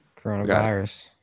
Coronavirus